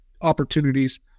opportunities